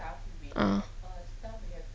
a'ah